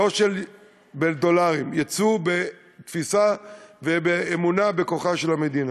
לא בדולרים, יצוא בתפיסה ובאמונה בכוחה של המדינה.